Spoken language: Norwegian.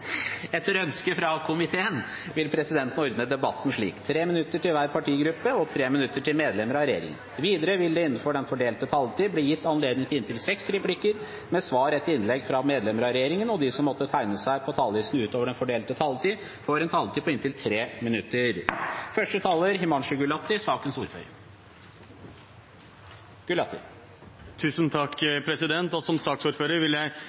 Etter ønske fra utdannings- og forskningskomiteen vil presidenten ordne debatten slik: 3 minutter til hver partigruppe og 3 minutter til medlemmer av regjeringen. Videre vil det – innenfor den fordelte taletid – bli gitt anledning til inntil seks replikker med svar etter innlegg fra medlemmer av regjeringen, og de som måtte tegne seg på talerlisten utover den fordelte taletid, får også en taletid på inntil 3 minutter. Som saksordfører vil jeg